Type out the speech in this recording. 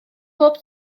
bob